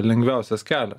lengviausias kelia